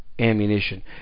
Ammunition